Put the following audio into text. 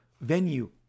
venue